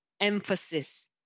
emphasis